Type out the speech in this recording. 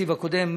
בתקציב הקודם,